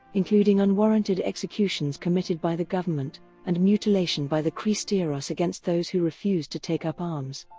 including unwarranted executions committed by the government and mutilation by the cristeros against those who refused to take up arms.